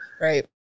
Right